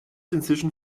inzwischen